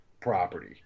property